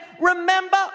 remember